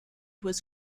was